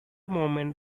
moment